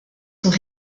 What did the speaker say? sont